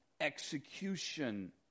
execution